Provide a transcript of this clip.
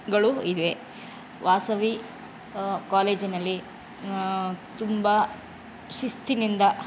ಗಳು ಇವೆ ವಾಸವಿ ಕಾಲೇಜಿನಲ್ಲಿ ತುಂಬ ಶಿಸ್ತಿನಿಂದ